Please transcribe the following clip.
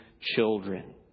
children